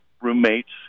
roommates